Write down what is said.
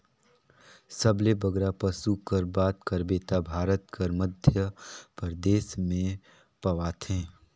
सबले बगरा पसु कर बात करबे ता भारत कर मध्यपरदेस में पवाथें